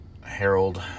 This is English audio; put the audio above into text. Harold